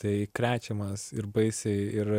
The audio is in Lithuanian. tai krečiamas ir baisiai ir